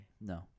no